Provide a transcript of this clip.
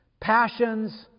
passions